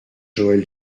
joël